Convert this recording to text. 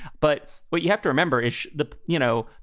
but what you have to remember is the you know,